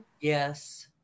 Yes